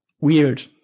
weird